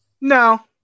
No